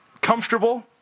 comfortable